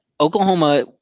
Oklahoma